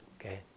Okay